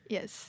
Yes